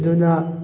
ꯑꯗꯨꯅ